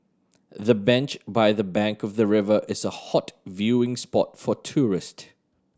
the bench by the bank of the river is a hot viewing spot for tourist